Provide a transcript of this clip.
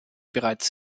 bereits